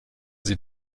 sie